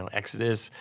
um x this,